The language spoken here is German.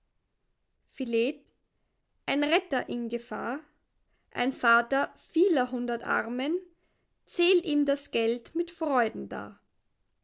ein retter in gefahr ein vater vieler hundert armen zählt ihm das geld mit freuden dar